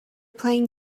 playing